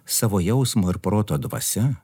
savo jausmo ir proto dvasia